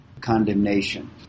Condemnation